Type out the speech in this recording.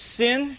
sin